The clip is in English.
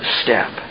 step